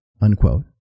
unquote